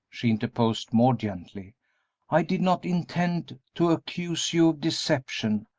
she interposed, more gently i did not intend to accuse you of deception.